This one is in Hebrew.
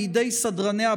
בידי סדרני הבית,